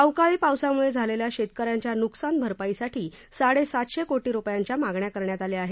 अवकाळी पावसामुळे झालेल्या शेतकऱ्यांच्या नुकसान भरपाईसाठी साडे सातशे कोटी रुपयांच्या मागण्या करण्यात आल्या आहेत